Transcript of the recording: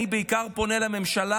אני פונה בעיקר לממשלה: